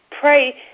pray